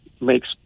makes